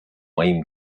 моим